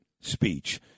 speech